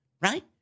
right